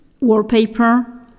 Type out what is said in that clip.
wallpaper